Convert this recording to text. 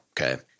okay